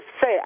say